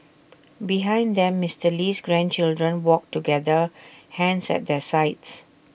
behind them Mister Lee's grandchildren walked together hands at their sides